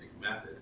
method